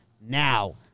Now